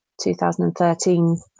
2013